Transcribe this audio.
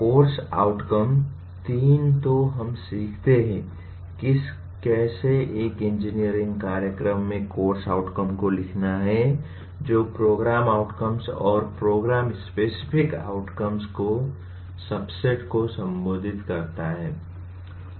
course outcome तीन तो हम सीखते हैं कि कैसे एक इंजीनियरिंग कार्यक्रम में कोर्स आउटकम को लिखना है जो प्रोग्राम आउटकम्स और प्रोग्राम स्पेसिफिक आउटकम्स के सबसेट को संबोधित करते हैं